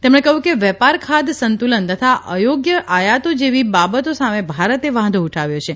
તેમણે કહ્યુ કે વેપારખાધ સંતુલન તથા અયોગ્ય આયાતો જેવી બાબતો સામે ભારતે વાંધો ઉઠાવ્યો છે